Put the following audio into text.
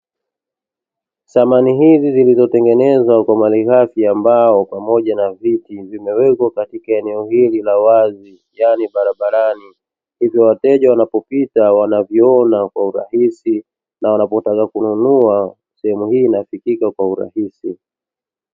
Samani hizi zilizotengenezwa kwa mbao pamoja na viti vilivyo katika eneo hili la wazi barabarani, hivyo wateja wanapopita wanaviona kwa urahisi na wanapotaka kununua sehemu hii inafikika kwa urahisi.